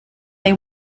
they